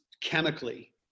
chemically